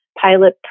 pilot